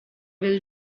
will